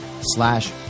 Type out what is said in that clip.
slash